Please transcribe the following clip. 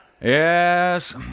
Yes